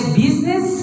business